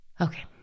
Okay